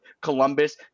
Columbus